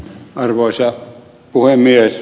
arvoisa puhemies